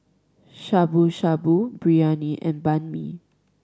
Shabu Shabu Biryani and Banh Mi